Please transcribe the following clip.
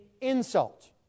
insult